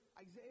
Isaiah